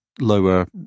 lower